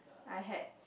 I had